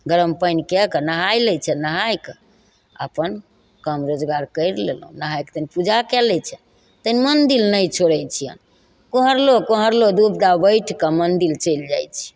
गरम पानि कए कऽ नहाइ लै छियनि नहाय कए अपन काम रोजगार करि लेलहुँ नहाइ कए तनि पूजा कए लै छियै तनि मन्दिर नहि छोड़य छियनि कुहरलो कुहरलो दुबदा बैठकऽ मन्दिर चलि जाइ छी